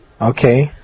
Okay